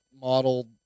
model